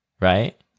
right